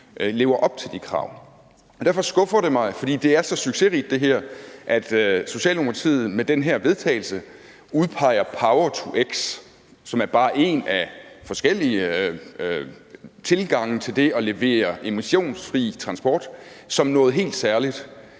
lever op til de krav. Derfor skuffer det mig – fordi det her er så succesrigt – at Socialdemokratiet med det her forslag til vedtagelse udpeger power-to-x, som er bare én af forskellige tilgange til det at levere emissionsfri transport, som noget helt særligt.